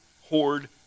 hoard